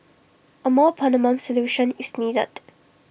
A more permanent solution is needed